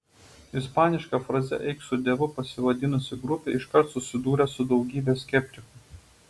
ispaniška fraze eik su dievu pasivadinusi grupė iškart susidūrė su daugybe skeptikų